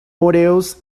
models